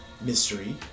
mystery